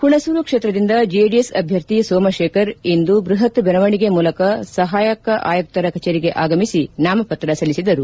ಹುಣಸೂರು ಕ್ಷೇತ್ರದಿಂದ ಜೆಡಿಎಸ್ ಅಭ್ಲರ್ಥಿ ಸೋಮಶೇಖರ್ ಇಂದು ಬೃಹತ್ ಮೆರವಣಿಗೆ ಮೂಲಕ ಸಹಾಯಕ ಆಯುಕ್ತರ ಕಚೇರಿಗೆ ಆಗಮಿಸಿ ನಾಮಪತ್ರ ಸಲ್ಲಿಸಿದರು